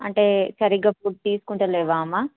అంటే సరిగా ఫుడ్ తీసుకుంటలేవా అమ్మ